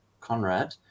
conrad